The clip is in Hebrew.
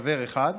חבר אחד,